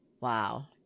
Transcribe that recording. Wow